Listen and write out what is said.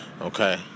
okay